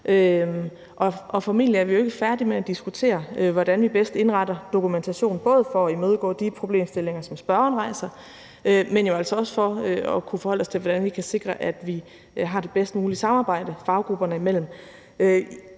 formentlig er vi ikke færdige med at diskutere, hvordan vi bedst indretter dokumentation, både for at imødegå de problemstillinger, som spørgeren rejser, men også for at kunne forholde os til, hvordan vi kan sikre, at vi har det bedst mulige samarbejde faggrupperne imellem.